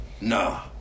Nah